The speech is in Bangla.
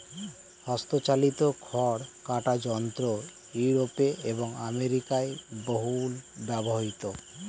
হস্তচালিত খড় কাটা যন্ত্র ইউরোপে এবং আমেরিকায় বহুল ব্যবহৃত